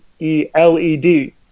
E-L-E-D